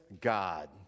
God